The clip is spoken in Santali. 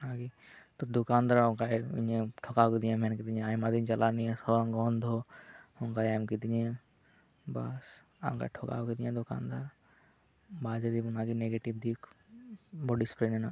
ᱛᱚ ᱚᱱᱟ ᱜᱮ ᱛᱚ ᱫᱚᱠᱟᱱ ᱫᱟᱨ ᱚᱝᱠᱟᱭ ᱤᱧᱮ ᱴᱷᱚᱠᱟᱣ ᱠᱤᱫᱤᱧᱟᱭ ᱢᱮᱱ ᱠᱤᱫᱤᱧᱟᱭ ᱟᱭᱢᱟ ᱫᱤᱱ ᱪᱟᱞᱟᱜᱼᱟ ᱱᱶᱟ ᱥᱚ ᱜᱚᱱᱫᱷᱚ ᱫᱚ ᱚᱝᱠᱟᱭ ᱮᱢ ᱠᱤᱫᱤᱧᱟ ᱵᱟᱥ ᱚᱱᱠᱟᱭ ᱴᱷᱚᱠᱟᱣ ᱠᱤᱫᱤᱧᱟᱭ ᱫᱚᱠᱟᱱ ᱫᱟᱨ ᱱᱚᱶᱟᱜᱮ ᱱᱮᱜᱮᱴᱤᱵᱽ ᱫᱤᱠ ᱵᱚᱰᱤ ᱥᱯᱨᱮ ᱨᱮᱭᱟᱜ